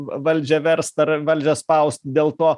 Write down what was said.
valdžią verst ar valdžią spaust dėl to